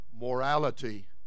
morality